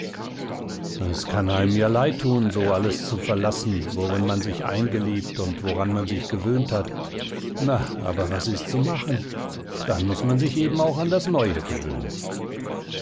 es kann einem ja leid tun so alles zu verlassen worin man sich eingelebt und woran man sich gewöhnt hat na aber was ist zu machen dann muß man sich eben auch an das neue gewöhnen